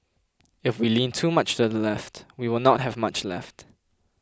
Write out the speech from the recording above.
if we lean too much to the left we will not have much left